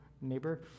neighbor